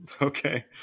Okay